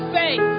faith